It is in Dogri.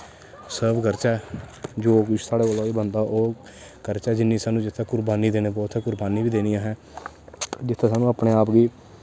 सर्व करचै जो कुछ साढ़े कोला होई बनदा ओह् करचै जिन्नी सानूं जित्थें कुरबानी देना पवै उत्थें कुरबानी बी देनी असें जित्थै सानूं अपने आप गी